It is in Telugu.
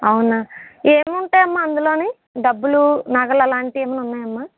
అవునా ఏముంటాయమ్మా అందులోని డబ్బులు నగలలాంటివి ఏమన్నా ఉన్నాయమ్మా